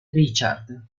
richard